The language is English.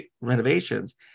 renovations